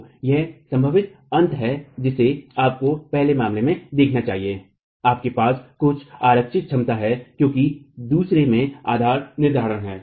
तो यह संभावित अंतर है जिसे आपको पहले मामले में देखना चाहिए आपके पास कुछ आरक्षित क्षमता है क्योंकि दूसरे में आधार निर्धारण है